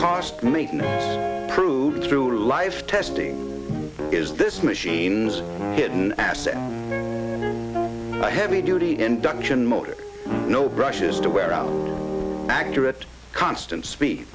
cost me proved through life testing is this machines hidden asset heavy duty induction motor no brushes to wear out accurate constant spe